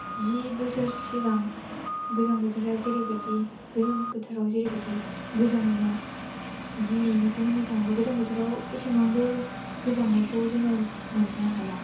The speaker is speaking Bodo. जि बोसोर सिगां गोजां बोथोरा जेरैबादि गोजां बोथोराव जेरैबायदि गोजाङोमोन दिनैनिखौ होननो थाङोब्ला गोजां बोथोराव एसेबांबो गोजांनायखौ जोङो मोननो हाला